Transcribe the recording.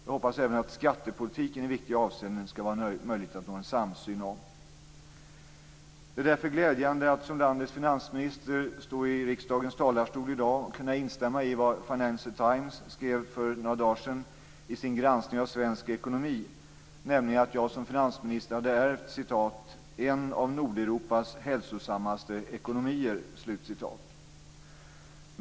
Jag hoppas även att det skall vara möjligt att nå en samsyn om skattepolitiken i viktiga avseenden. Det är därför glädjande att som landets finansminister stå i riksdagens talarstol i dag och kunna instämma i vad Financial Times skrev för några dagar sedan i sin granskning av svensk ekonomi, nämligen att jag som finansminister hade ärvt en av Nordeuropas hälsosammaste ekonomier.